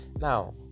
now